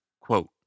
quote